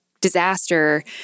disaster